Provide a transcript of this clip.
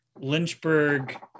Lynchburg